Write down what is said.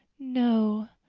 no.